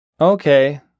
Okay